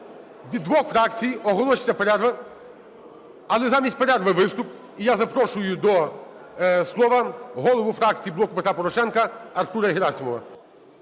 Від двох фракцій оголошується перерва. Але замість перерви - виступ. І я запрошую до слова голову фракції "Блоку Петра Порошенка" Артура Герасимова.